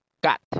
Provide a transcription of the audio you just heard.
got